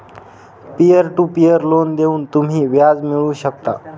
peer to peer loan देऊन तुम्ही व्याज मिळवू शकता